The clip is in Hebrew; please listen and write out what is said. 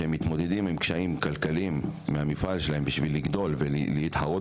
שמתמודדים עם קשיים כלכליים במפעל שלהם בשביל לגדול ולהתחרות